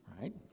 right